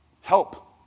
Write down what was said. Help